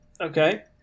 Okay